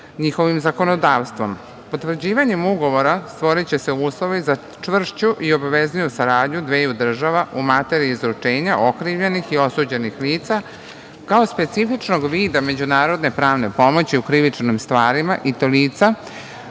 njihovim zakonodavstvom. Potvrđivanjem ugovora stvoriće se uslovi za čvršću i obavezniju saradnju dveju država u materiji izručenja okrivljenih i osuđenih lica kao specifičnog vida međunarodne pravne pomoći u krivičnim stvarima i to lica